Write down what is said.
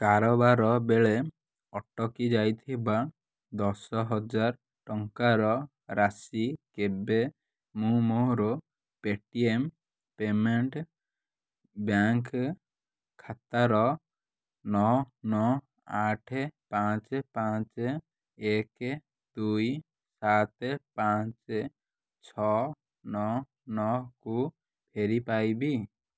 କାରବାର ବେଳେ ଅଟକି ଯାଇଥିବା ଦଶ ହଜାର ଟଙ୍କାର ରାଶି କେବେ ମୁଁ ମୋର Paytm payments bank ଖାତାର ନଅ ନଅ ଆଠ ପାଞ୍ଚ ପାଞ୍ଚ ଏକ ଦୁଇ ସାତ ପାଞ୍ଚ ଛଅ ନଅ ନଅକୁ ଫେରିପାଇବି